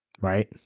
Right